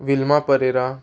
Wilma Pereira